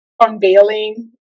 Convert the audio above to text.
unveiling